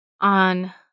on